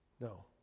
No